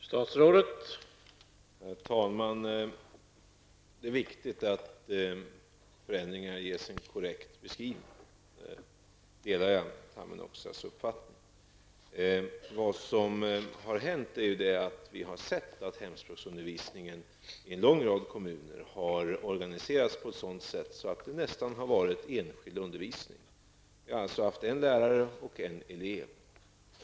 Herr talman! Det är viktigt att förändringar som görs beskrivs på ett korrekt sätt -- på den punkten delar jag Erkki Tammenoksas uppfattning. Vad som hänt är att hemspråksundervisningen i en lång rad kommuner har organiserats på ett sådant sätt att det nästan blivit fråga om enskild undervisning -- det har varit en lärare och en elev.